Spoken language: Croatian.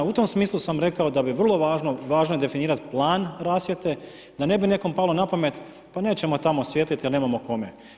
U tom smislu sam rekao da je vrlo važno definirati plan rasvjete da ne bi nekom palo na pamet, pa nećemo tamo svijetliti jer nemamo kome.